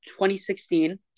2016